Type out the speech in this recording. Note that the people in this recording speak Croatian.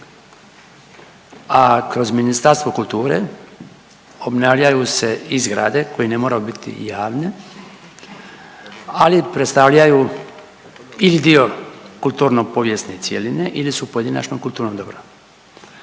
a kroz Ministarstvo kulture obnavljaju se i zgrade koje ne moraju biti javne, ali predstavljaju ili dio kulturno povijesne cjeline ili pojedinačno kulturno dobro.